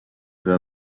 veut